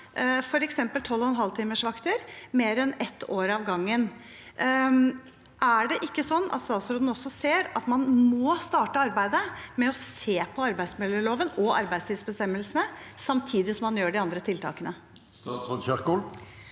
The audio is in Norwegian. f.eks. 12,5-timersvakter for mer enn ett år av gangen, ser ikke også statsråden at man må starte arbeidet med å se på arbeidsmiljøloven og arbeidstidsbestemmelsene samtidig som man gjør de andre tiltakene? Statsråd Ingvild